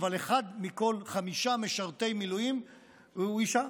ואחד מכל חמישה משרתי מילואים הוא אישה.